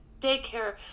daycare